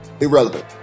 irrelevant